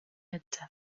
etti